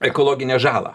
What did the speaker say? ekologinę žalą